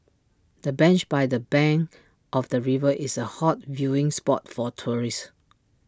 the bench by the bank of the river is A hot viewing spot for tourists